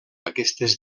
aquestes